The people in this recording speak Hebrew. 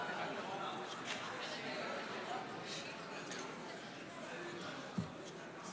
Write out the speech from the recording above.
בושה --- כל כך הרבה הרוגים מהעדה